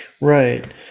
Right